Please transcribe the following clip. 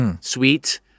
sweet